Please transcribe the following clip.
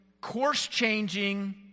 course-changing